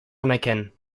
anerkennen